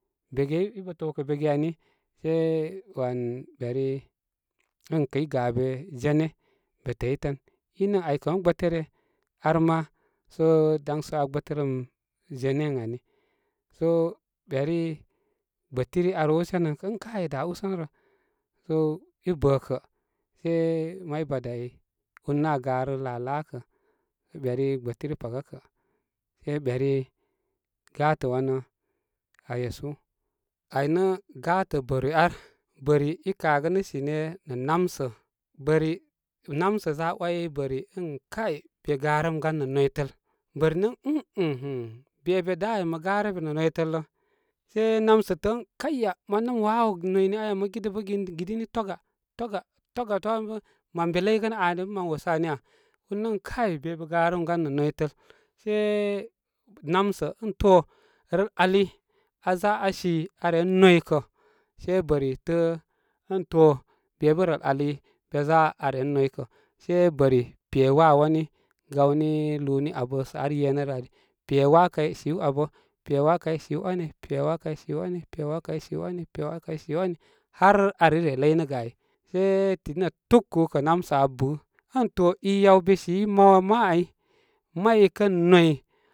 Bege i bə təwkə bege ani se wan beri ən kəy gabe jene be tətən. i nə' ən aykə mə gbətere ar ma sə dan sə aa gbətərəm jene ən ani sə beri gbətiri ar wow senan kə' ən kai da usənə' rə sə i bəkə' se may badə ai urnə' aa garə la'a' la'a'kə' beri gbətiri paga kə- sə beri gatə wanə e su. Ai nə gatə bari ar bəri i kagənə sine nə namsə bəri, namsə za 'wai bəri ən kai be garəmgan nə nəytəl bəri ən minili be de da ay mə garə be nə noy təl lə. Se namsə təə' ə kai ya man nə mə wawo nayni aya mə gidə bə gin gidini twag, twaga, twag twa bə mən be ləygənə ani bə man wosə ani ya. Urnə' ən kay be be garəmgan nə' noytəl se namsə ən to rəl ali aaza aa si aa ren noykə se bəri tə'ə' ən to be bə rəl ali be za aa ren noykə. Se bəri pe waawani gawni luuni abə sə ar yenən ani pe waakay siw abə pe waa kay siw ani, pe waakay siw ani, pe wakay siw ani, pe waakay siw ani har ar i re ləynə ge ai. Se aidi nə tuku'u namsə aa bi to i yaw be si mawama ai mari kən noy.